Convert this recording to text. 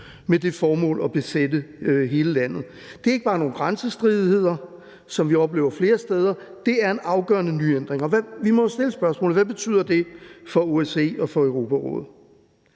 med det formål at besætte hele landet. Det er ikke bare nogle grænsestridigheder, som vi oplever flere steder; det er en afgørende ny ændring. Og vi må jo stille spørgsmålet: Hvad betyder det for OSCE og for Europarådet?